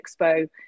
expo